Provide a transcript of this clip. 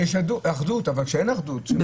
כשיש אחדות, אבל כשאין אחדות?